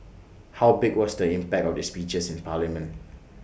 how big was the impact of these speeches in parliament